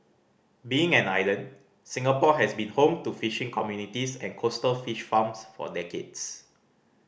being an island Singapore has been home to fishing communities and coastal fish farms for decades